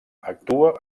actua